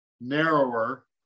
narrower